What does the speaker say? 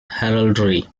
heraldry